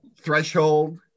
Threshold